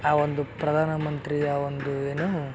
ಆ ಒಂದು ಪ್ರಧಾನ ಮಂತ್ರಿಯ ಒಂದು ಏನು